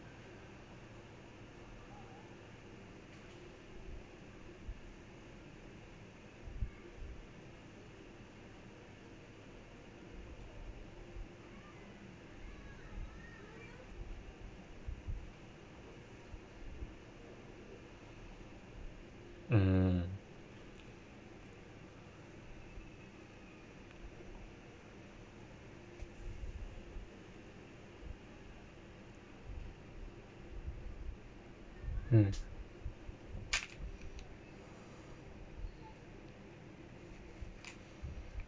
mm mm